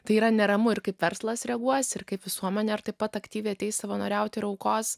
tai yra neramu ir kaip verslas reaguos ir kaip visuomenė ar taip pat aktyviai ateis savanoriauti ir aukos